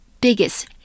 biggest